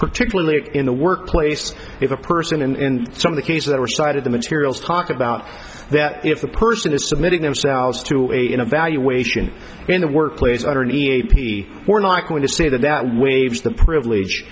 particularly in the workplace if a person in some of the cases that were cited the materials talk about that if the person is submitting themselves to a in evaluation in the workplace underneath the we're not going to say that that waves the privilege